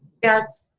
yes.